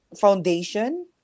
foundation